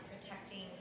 protecting